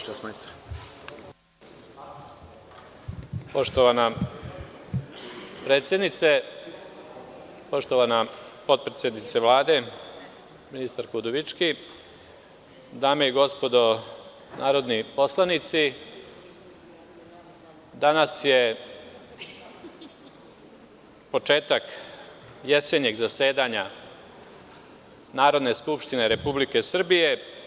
Poštovana predsednice, poštovana potpredsednice Vlade, ministarko Udovički, dame i gospodo narodni poslanici, danas je početak jesenjeg zasedanja Narodne skupštine Republike Srbije.